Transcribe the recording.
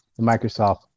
Microsoft